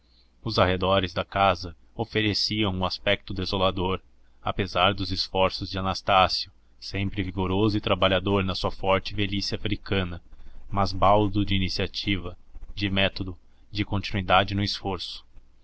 os arredores da casa ofereciam um aspecto desolador apesar dos esforços de anastácio sempre vigoroso e trabalhador na sua forte velhice africana mas baldo de iniciativa de método de continuidade no esforço